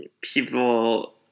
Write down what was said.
people